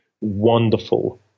wonderful